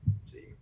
See